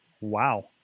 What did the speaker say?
Wow